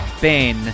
Ben